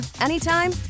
anytime